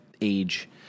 age